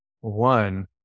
One